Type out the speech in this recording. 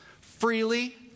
freely